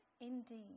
indeed